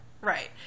Right